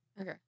Okay